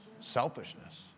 Selfishness